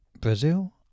Brazil